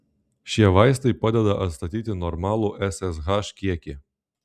šie vaistai padeda atstatyti normalų ssh kiekį